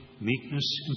meekness